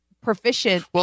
proficient